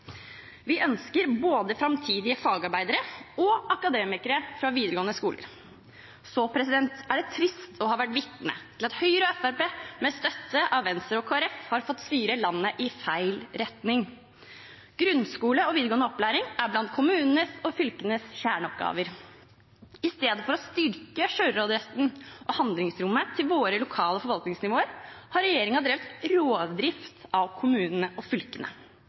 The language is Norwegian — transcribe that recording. Vi ønsker både framtidige fagarbeidere og akademikere fra videregående skoler. Det er trist å ha vært vitne til at Høyre og Fremskrittspartiet, med støtte fra Venstre og Kristelig Folkeparti, har fått styre landet i feil retning. Grunnskole og videregående opplæring er blant kommunenes og fylkenes kjerneoppgaver. I stedet for å styrke selvråderetten og handlingsrommet til våre lokale forvaltningsnivåer har regjeringen drevet rovdrift på kommunene og fylkene.